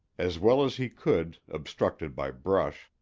as well as he could, obstructed by brush,